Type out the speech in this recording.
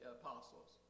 apostles